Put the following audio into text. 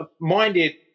minded